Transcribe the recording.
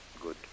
good